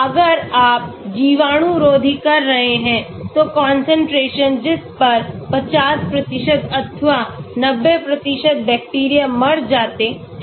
अगर आप जीवाणुरोधी कर रहे हैं तो concentration जिस पर 50 अथवा 90 बैक्टीरिया मर जाते हैं